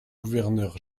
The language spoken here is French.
gouverneur